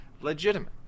legitimate